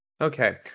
Okay